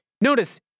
notice